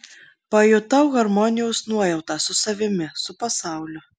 pajutau harmonijos nuojautą su savimi su pasauliu